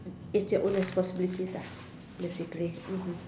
it's their own responsibilities ah basically mmhmm